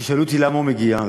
תשאלו אותי, למה הוא מגיע?